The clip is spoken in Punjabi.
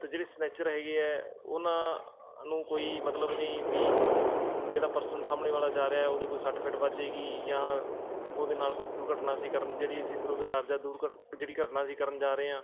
ਅਤੇ ਜਿਹੜੇ ਸਨੈਚਰ ਹੈਗੇ ਹੈ ਉਹਨਾਂ ਨੂੰ ਕੋਈ ਮਤਲਬ ਨਹੀਂ ਵੀ ਜਿਹੜਾ ਪਰਸਨ ਸਾਹਮਣੇ ਵਾਲਾ ਜਾ ਰਿਹਾ ਉਹਦੇ ਕੋਈ ਸੱਟ ਫੇਟ ਵੱਜ ਜਾਏਗੀ ਜਾਂ ਉਹਦੇ ਨਾਲ ਕੋਈ ਦੁਰਘਟਨਾ ਅਸੀਂ ਕਰਨ ਜਿਹੜੀ ਅਸੀਂ ਦੁਰਵਿਹਾਰ ਜਾਂ ਦੂਰਘ ਜਿਹੜੀ ਘਟਨਾ ਅਸੀਂ ਕਰਨ ਜਾ ਰਹੇ ਹਾਂ